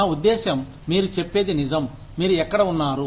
నా ఉద్దేశ్యం మీరు చెప్పేది నిజం మీరు ఎక్కడ ఉన్నారు